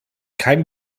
kein